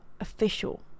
official